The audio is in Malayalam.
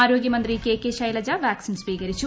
ആരോഗ്യമന്ത്രി കെ കെ ശൈലജ വാക്സിൻ സ്വീകരിച്ചു